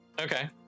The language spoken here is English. Okay